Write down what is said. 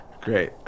Great